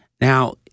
Now